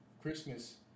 Christmas